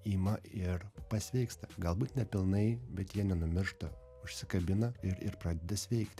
ima ir pasveiksta galbūt nepilnai bet jie nenumiršta užsikabina ir ir pradeda sveikti